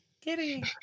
Kitty